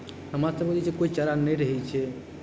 हमरासभके जे छै कोइ चारा नहि रहै छै